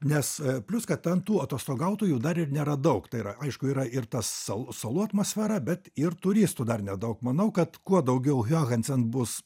nes plius kad ten tų atostogautojų dar ir nėra daug tai yra aišku yra ir tas sa salų atmosfera bet ir turistų dar nedaug manau kad kuo daugiau johansen bus